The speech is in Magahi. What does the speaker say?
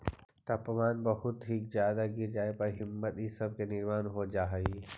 तापमान बहुत ही ज्यादा गिर जाए पर हिमनद इ सब के निर्माण हो जा हई